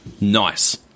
Nice